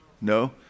No